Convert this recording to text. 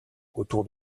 autour